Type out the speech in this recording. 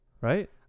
right